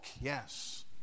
Yes